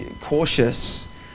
cautious